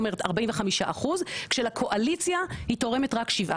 אומרת 45% כשלקואליציה היא תורמת רק 17%,